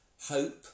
hope